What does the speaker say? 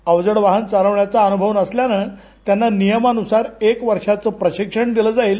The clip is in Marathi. अवजड वाहन चालवण्याचा अनुभव नसल्यान त्याना नियमानुसार एक वर्षाचे प्रशिक्षण दिले जाईल